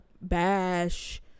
bash